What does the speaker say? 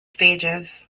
stages